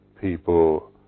people